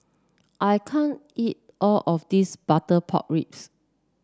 I can't eat all of this Butter Pork Ribs